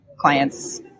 clients